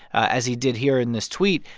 as he did here in this tweet,